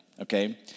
Okay